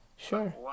Sure